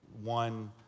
one